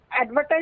advertise